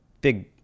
big